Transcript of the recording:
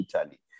Italy